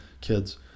kids